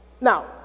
Now